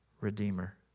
redeemer